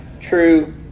true